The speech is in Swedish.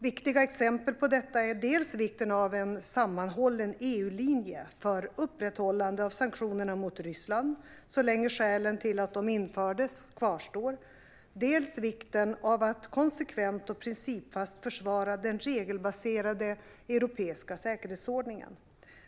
Viktiga exempel på detta är dels vikten av en sammanhållen EU-linje för upprätthållande av sanktionerna mot Ryssland så länge skälen till att de infördes kvarstår, dels vikten av att konsekvent och principfast försvara den regelbaserade europeiska säkerhetsordningen.